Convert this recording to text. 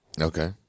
Okay